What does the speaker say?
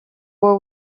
were